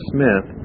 Smith